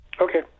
Okay